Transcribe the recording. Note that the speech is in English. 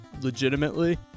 legitimately